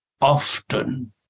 often